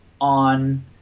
on